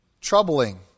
troubling